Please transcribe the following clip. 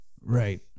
right